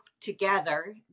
together